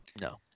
No